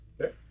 Okay